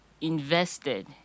invested